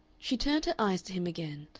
she turned her eyes to him again,